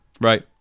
Right